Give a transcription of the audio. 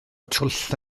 twll